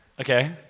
Okay